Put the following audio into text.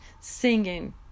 singing